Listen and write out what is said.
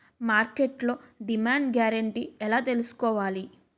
మార్కెట్లో demand guarantee ఎలా తెల్సుకోవాలి?